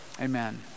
amen